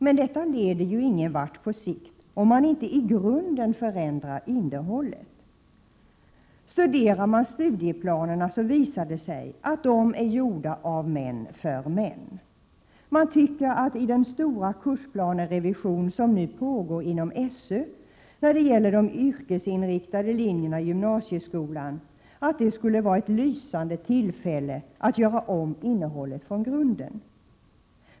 Men detta leder ju ingenvart på sikt, om man inte i grunden förändrar innehållet. Studerar man studieplanerna visar det sig att de är gjorda av män för män. : Man tycker att den stora kursplanerevision som nu pågår inom SÖ när det gäller de yrkesinriktade linjerna i gymnasieskolan skulle vara ett lysande tillfälle att göra om innehållet från grunden.